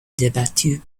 débattue